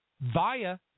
via